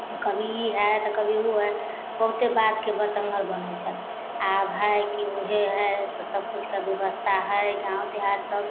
कभी ई हइ तऽ कभी ओ हइ बहुते बातके बतङ्गड़ बनै छै आब हइ कि ओ हइ तऽ सबकिछुके बेबस्था हइ गाँव देहातसब